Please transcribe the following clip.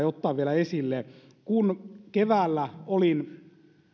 ottaa vielä esille kun keväällä olin